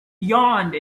beyond